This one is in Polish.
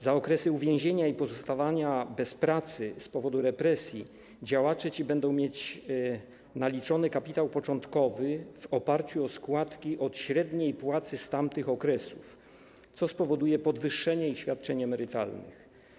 Za okresy uwięzienia i pozostawania bez pracy z powodu represji działacze ci będą mieć naliczony kapitał początkowy w oparciu o składki od średniej płacy z tamtych okresów, co spowoduje podwyższenie ich świadczeń emerytalnych.